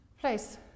place